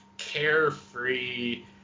carefree